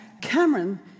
Cameron